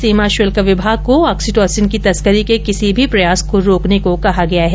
सीमा शुल्क विभाग को ऑक्सिटोसिन की तस्करी के किसी भी प्रयास को रोकने को कहा गया है